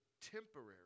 temporary